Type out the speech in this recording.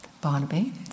Barnaby